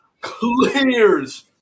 clears